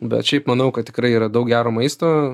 bet šiaip manau kad tikrai yra daug gero maisto